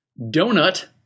donut